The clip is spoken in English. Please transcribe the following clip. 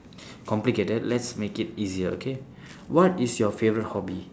complicated let's make it easier okay what is your favourite hobby